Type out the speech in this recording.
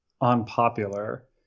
unpopular